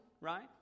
Right